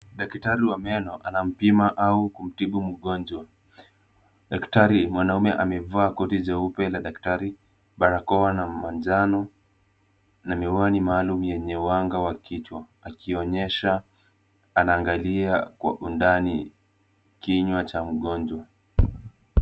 Daktari wa meno anampima au kumtibu mgonjwa, daktari mwanaume amevaa koti jeupe la daktari, barakoa la manjano na miwani maalum yenye uwanga wa kichwa akionyesha anaangalia kwa undani kinywa cha mgonjwa.